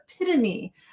epitome